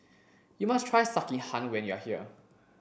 you must try Sekihan when you are here